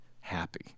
happy